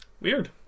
Weird